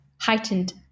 Heightened